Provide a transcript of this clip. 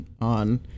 on